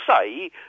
say